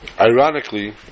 Ironically